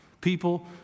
People